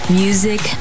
music